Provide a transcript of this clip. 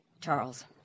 Charles